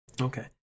Okay